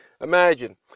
Imagine